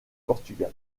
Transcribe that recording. portugal